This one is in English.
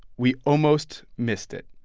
we almost missed it.